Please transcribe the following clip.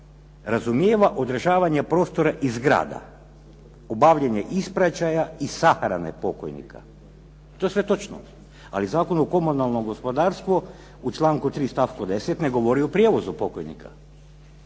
razumijeva održavanje prostora i zgrada, obavljanje ispraćaja i sahrane pokojnika." To je sve točno, ali Zakon o komunalnom gospodarstvu u članku 3. stavku 10. ne govori o prijevozu pokojnika,